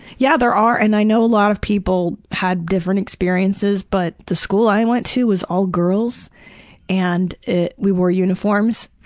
yeah there are and i know a lot of people had different experiences. but the school i went to was all girls and we wore uniforms.